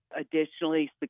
additionally